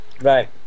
Right